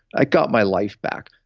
i got my life back.